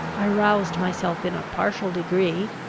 i roused myself in a partial degree,